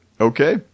okay